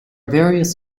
various